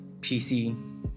pc